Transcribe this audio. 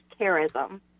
charism